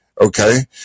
okay